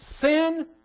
Sin